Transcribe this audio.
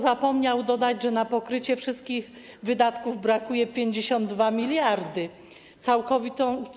Zapomniał dodać, że na pokrycie wszystkich wydatków brakuje 52 mld. Więcej.